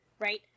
right